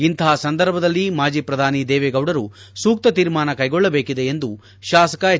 ಇಂತಹ ಸಂದರ್ಭದಲ್ಲಿ ಮಾಜಿ ಪ್ರಧಾನಿ ದೇವೇಗೌಡರು ಸೂಕ್ತ ತೀರ್ಮಾನ ಕೈಗೊಳ್ಳಬೇಕಿದೆ ಎಂದು ಶಾಸಕ ಎಚ್